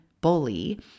bully